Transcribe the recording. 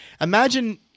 imagine